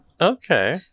Okay